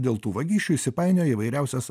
dėl tų vagysčių įsipainioja į įvairiausias